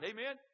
Amen